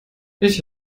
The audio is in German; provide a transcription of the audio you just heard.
ich